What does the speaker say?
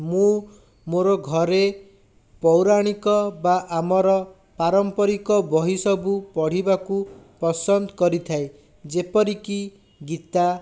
ମୁଁ ମୋର ଘରେ ପୌରାଣିକ ବା ଆମର ପାରମ୍ପରିକ ବହି ସବୁ ପଢ଼ିବାକୁ ପସନ୍ଦ କରିଥାଏ ଯେପରିକି ଗୀତା